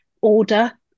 order